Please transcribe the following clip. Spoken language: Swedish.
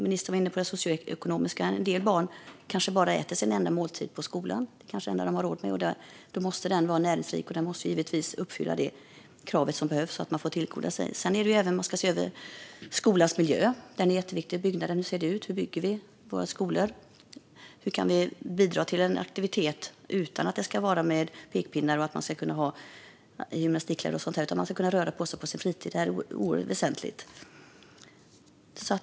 Ministern var inne på det socioekonomiska. En del barn kanske äter sin enda måltid i skolan - det kanske är det enda de har råd med. Då måste den givetvis vara näringsrik och uppfylla kraven så att man tillgodogör sig det som behövs. Man måste även se över skolans miljö; den är jätteviktig. Hur ser byggnaden ut? Hur bygger vi våra skolor? Hur kan vi bidra till aktivitet utan att använda pekpinnar och utan att det behövs gymnastikkläder och så vidare? Man ska kunna röra på sig på sin fritid - det är oerhört väsentligt.